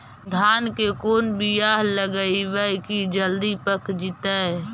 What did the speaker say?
धान के कोन बियाह लगइबै की जल्दी पक जितै?